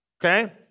Okay